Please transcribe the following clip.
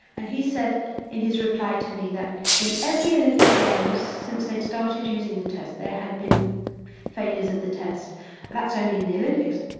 and he said in his reply to me that in every olympic games since they'd started using the test, there had been failures of the test, and that's only in the olympics.